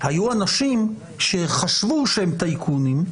היו אנשים שחשבו שהם טייקונים,